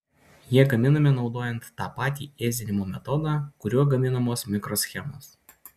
jie gaminami naudojant tą patį ėsdinimo metodą kuriuo gaminamos mikroschemos